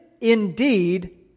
indeed